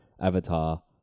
Avatar